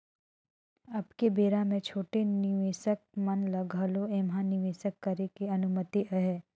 अब के बेरा मे छोटे निवेसक मन ल घलो ऐम्हा निवेसक करे के अनुमति अहे